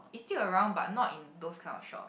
is still around but not in those kind of shop